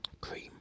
Cream